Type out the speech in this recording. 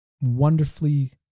wonderfully